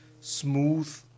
smooth